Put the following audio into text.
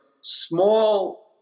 small